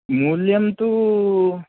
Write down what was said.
मूल्यं तु